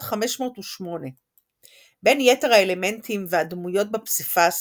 508. בין יתר האלמנטים והדמוויות בפסיפס